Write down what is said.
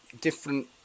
different